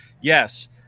yes